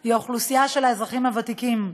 היא האוכלוסייה של האזרחים הוותיקים.